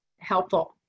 helpful